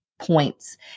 points